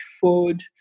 food